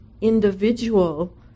individual